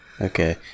Okay